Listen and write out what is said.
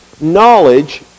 knowledge